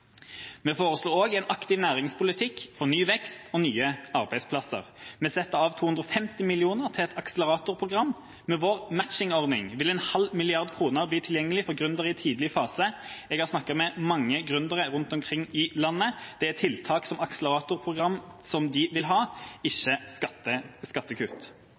Vi foreslår også en aktiv næringspolitikk for ny vekst og nye arbeidsplasser. Vi setter av 250 mill. kr til et akseleratorprogram. Med vår matchingsordning vil en halv milliard kroner bli tilgjengelig for gründere i en tidlig fase. Jeg har snakket med mange gründere rundt omkring i landet. Det er tiltak som akseleratorprogram de vil ha – ikke skattekutt.